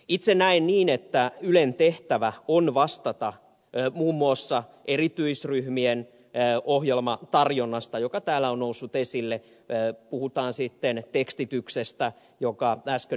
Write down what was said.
itse näen niin että ylen tehtävä on vastata muun muassa erityisryhmien ohjelmatarjonnasta joka täällä on noussut esille puhutaan sitten tekstityksestä jonka äsken ed